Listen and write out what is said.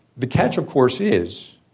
the catch of course is,